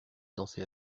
danser